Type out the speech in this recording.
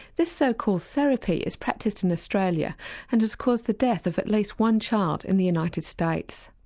this so-called therapy is practised in australia and has caused the death of at least one child in the united states.